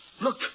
Look